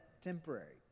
temporary